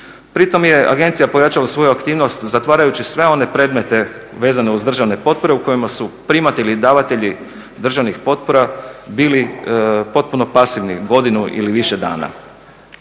Pri tome je agencija pojačala svoju aktivnost zatvarajući sve one predmete vezane uz državne potpore u kojima su primatelji i davatelji državnih potpora bili potpuno pasivni godinu ili više dana.